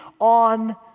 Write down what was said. on